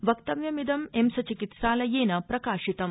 वक्तव्यमिदं एम्स चिकित्सालयेन प्रकाशितम्